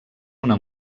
una